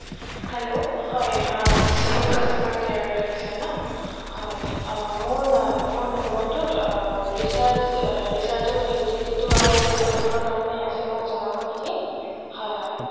hello হয় Jio customer কেয়াৰত লাগিছে ন হয় মোৰ ফোন নাম্বাৰটোত ৰিচাৰ্জ ৰিচাৰ্জৰ ভেলিডিটিটো আৰু কিমান দিনৰ কাৰণে আছে মোক জনাব নেকি হয় হয়